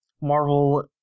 Marvel